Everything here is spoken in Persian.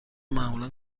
معمولا